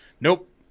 Nope